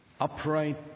Upright